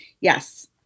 Yes